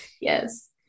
Yes